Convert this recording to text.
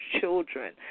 children